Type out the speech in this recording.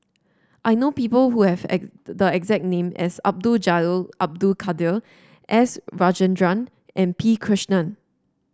I know people who have the exact name as Abdul Jalil Abdul Kadir S Rajendran and P Krishnan